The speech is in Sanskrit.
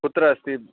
कुत्र अस्ति